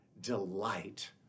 delight